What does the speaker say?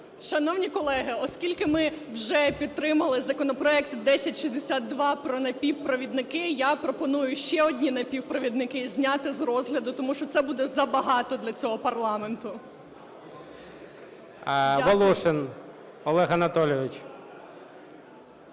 Шановні колеги, оскільки ми вже підтримали законопроект 1062 про напівпровідники, я пропоную ще одні напівпровідники зняти з розгляду, тому що це буде забагато для цього парламенту. Дякую. ГОЛОВУЮЧИЙ. Волошин Олег Анатолійович.